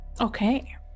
Okay